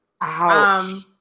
Ouch